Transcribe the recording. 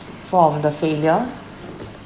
from the failure